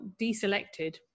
deselected